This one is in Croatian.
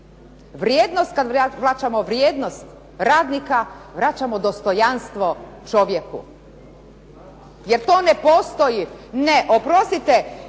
Vrijednost, kad vraćamo vrijednost radnika vraćamo dostojanstvo čovjeku, jer to ne postoji. Ne oprostite,